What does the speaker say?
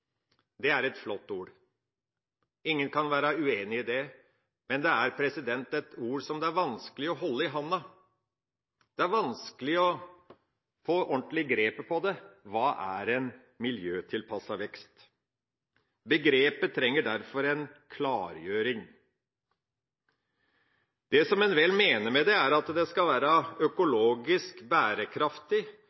Det er et flott ord. Ingen kan være uenig i det, men det er et ord som det er vanskelig å holde i handa. Det er vanskelig å få et ordentlig grep på det. Hva er miljøtilpasset vekst? Begrepet trenger derfor en klargjøring. Det som en vel mener med det, er at det skal være økologisk bærekraftig,